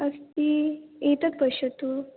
अस्ति एतत् पश्यतु